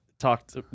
talked